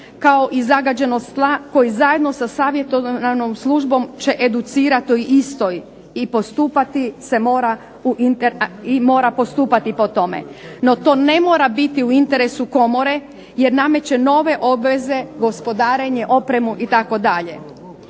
kao i zagađenost tla, koji zajedno sa savjetodavnom službom će educirat o istoj i postupati se mora po tome. No to ne mora biti u interesu komore jer nameće nove obveze, gospodarenje, opremu itd.